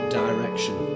direction